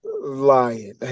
lying